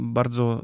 bardzo